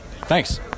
Thanks